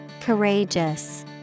Courageous